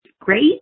great